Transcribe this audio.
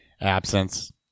absence